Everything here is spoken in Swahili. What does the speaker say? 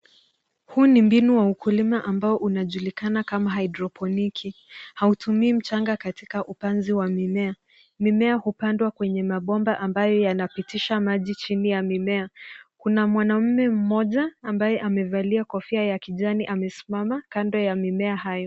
Huu ni mbinu wa ukulima ambao unajulikana kama hydroponiki. Hautumii mchanga katika upanzi wa mimea. Mimea hupandwa kwenye mabomba ambayo yanapitisha maji chini ya mimea. Kuna mwanaume mmoja ambaye amevalia kofia ya kijani amesimama kando ya mimea hayo.